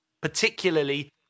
particularly